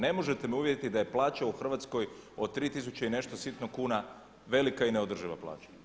Ne možete me uvjeriti da je plaća u Hrvatskoj od 3000 i nešto sitno kuna velika i neodrživa plaća.